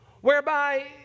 whereby